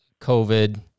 COVID